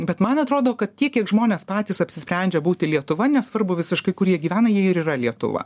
bet man atrodo kad tiek kiek žmonės patys apsisprendžia būti lietuva nesvarbu visiškai kur jie gyvena jie ir yra lietuva